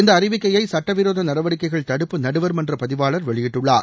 இந்த அறிவிக்கையை சட்டவிரோத நடவடிக்கைகள் தடுப்பு நடுவர்மன்ற பதிவாளர் வெளியிட்டுள்ளார்